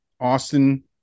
austin